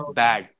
bad